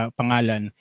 pangalan